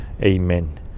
amen